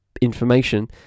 information